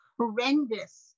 horrendous